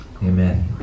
Amen